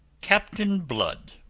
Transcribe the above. captain blood,